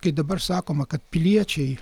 kai dabar sakoma kad piliečiai